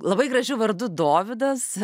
labai gražiu vardu dovydas